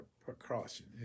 Precaution